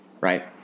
Right